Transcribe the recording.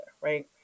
right